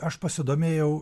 aš pasidomėjau